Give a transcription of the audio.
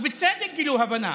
ובצדק גילו הבנה,